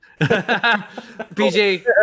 pj